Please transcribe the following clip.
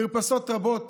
מרפסות רבות